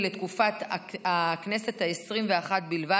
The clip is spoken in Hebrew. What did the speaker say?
לתקופת הכנסת העשרים-ואחת בלבד,